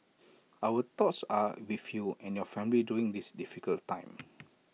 our thoughts are with you and your family during this difficult time